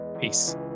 Peace